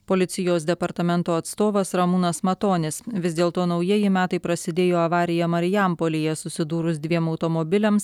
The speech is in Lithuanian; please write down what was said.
policijos departamento atstovas ramūnas matonis vis dėlto naujieji metai prasidėjo avarija marijampolėje susidūrus dviem automobiliams